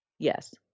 Yes